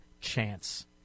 chance